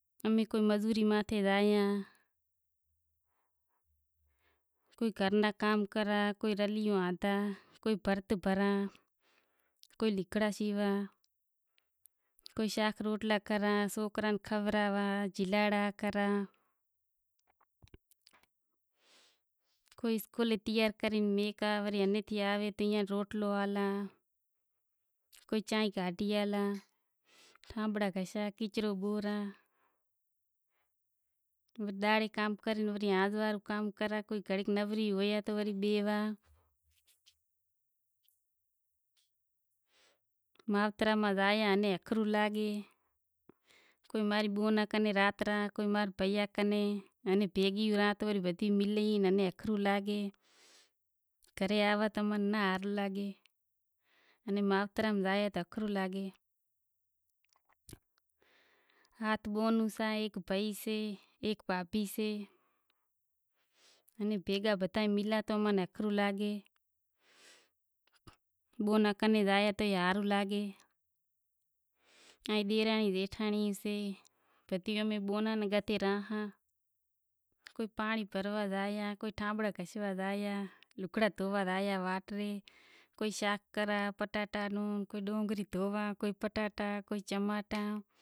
ھینس کالونی میں ماں ری ہگائی کری تی ماں را بئے سوکرا ان ترن سوکریں سیں اسکول زائیسے منڈی میں رہی سے آدمی موالی سے شراب پیوے سے۔ ماں را نانہاں نانہا سوکراں سیں گھرے زائے روٹلا گھڑیش۔ ماں رو بھائی ہیک سے ماں رے ہات بہونوں سیں ماں را ہاس ہاہرو سے، سوکرا ماں را مستی کریں سیں۔ ماں رو ڈیرانڑی جیٹھانڑی سے ماں ری ننڑند سے کانہوڑا ماتھے آوے ڈیواڑی ماتھے آوے گھوموا زائے امیں رانڑی باغ گھوموا زایاں حیدرٓباد ماں را سوکراں ناں شوق سے گھوموا نو ماں ری سوکری اسکوہل زائیشے